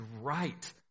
right